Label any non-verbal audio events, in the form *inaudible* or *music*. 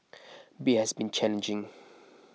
*noise* be has been challenging